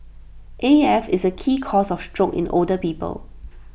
A F is A key cause of stroke in the older people